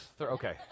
okay